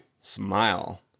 smile